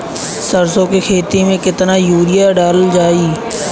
सरसों के खेती में केतना यूरिया डालल जाई?